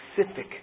specific